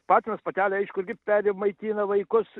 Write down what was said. patinas patelė aišku irgi pelėm maitina vaikus